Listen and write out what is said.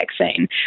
vaccine